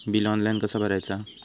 Bill online कसा भरायचा?